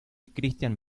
cristián